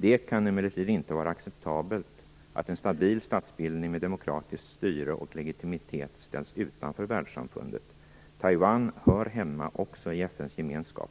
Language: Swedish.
Det kan emellertid inte vara acceptabelt att en stabil statsbildning med demokratiskt styre och legitimitet skall stå utanför världssamfundet. Också Taiwan hör hemma i FN:s gemenskap.